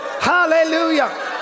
hallelujah